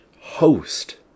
host